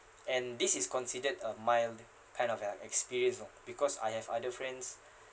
and this is considered a mild kind of uh experience ah because I have other friends